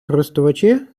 користувачі